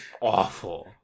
awful